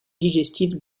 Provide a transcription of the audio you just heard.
digestive